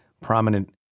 prominent